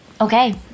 Okay